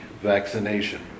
vaccination